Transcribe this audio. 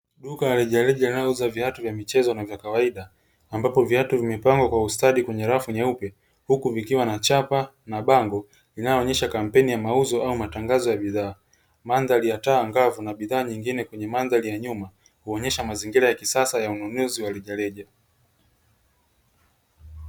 Duka la rejareja linalouza viatu vya michezo na vya kawaida ambapo viatu vimepangwa kwa ustadi kwenye rafu nyeupe. Huku vikiwa na chapa na bango linaloonesha kampeni ya mauzo au matangazo ya bidhaa. Mandhari ya taa angavu na bidhaa nyingine kwenye mandhari ya nyuma huonyesha mazingira ya kisasa ya ununuzi wa rejareja.